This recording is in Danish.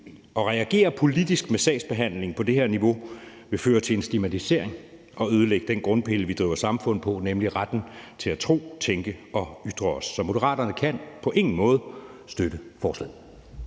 At reagere politisk med sagsbehandling på det her niveau vil føre til en stigmatisering og ødelægge den grundpille, vi driver samfund på, nemlig retten til at tro, tænke og ytre os. Så Moderaterne kan på ingen måde støtte forslaget.